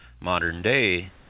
modern-day